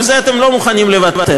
על זה אתם לא מוכנים לוותר,